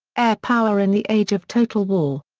air power in the age of total war.